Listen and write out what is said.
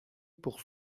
pour